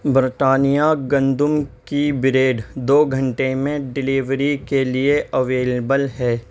Britannia گندم کی bread دو گھنٹے میں ڈیلیوری کے لیے اویلیبل ہے